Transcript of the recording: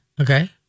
Okay